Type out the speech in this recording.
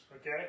okay